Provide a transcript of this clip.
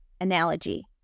analogy